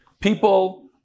People